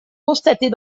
constatés